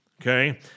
okay